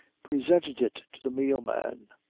presented it to the meal man.